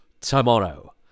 tomorrow